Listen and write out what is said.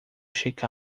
check